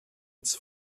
its